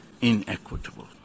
inequitable